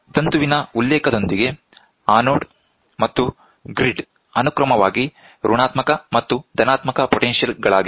ತಂತುವಿನ ಉಲ್ಲೇಖದೊಂದಿಗೆ ಆನೋಡ್ ಮತ್ತು ಗ್ರಿಡ್ ಅನುಕ್ರಮವಾಗಿ ಋಣಾತ್ಮಕ ಮತ್ತು ಧನಾತ್ಮಕ ಪೊಟೆನ್ಶಿಯಲ್ ಗಳಾಗಿವೆ